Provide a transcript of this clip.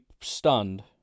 stunned